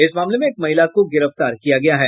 इस मामले में एक महिला को गिरफ्तार किया गया है